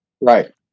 Right